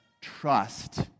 trust